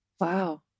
Wow